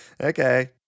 okay